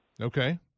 Okay